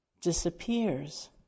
disappears